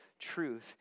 truth